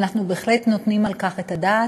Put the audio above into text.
ואנחנו בהחלט נותנים על כך את הדעת: